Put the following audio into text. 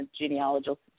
genealogical